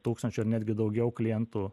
tūkstančių ar netgi daugiau klientų